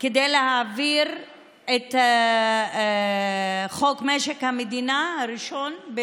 כדי להעביר את חוק משק המדינה הראשון,